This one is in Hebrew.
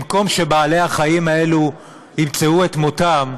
במקום שבעלי-החיים האלו ימצאו את מותם,